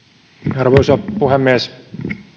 arvoisa puhemies